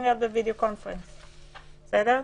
בסדר,